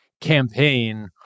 campaign